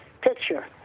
picture